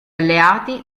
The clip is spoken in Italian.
alleati